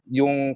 yung